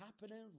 happening